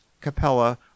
Capella